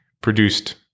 produced